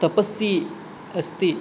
तपस्वी अस्ति